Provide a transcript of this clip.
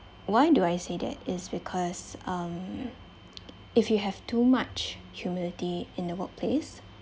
why do I say that is because um if you have too much humility in the workplace